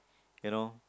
you know